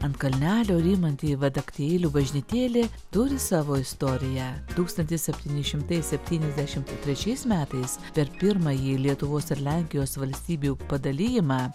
ant kalnelio rymanti vadaktėlių bažnytėlė turi savo istoriją tūkstantis septyni šimtai septyniasdešimt trečiais metais per pirmąjį lietuvos ir lenkijos valstybių padalijimą